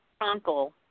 uncle